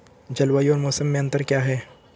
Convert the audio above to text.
जलवायु और मौसम में अंतर क्या है?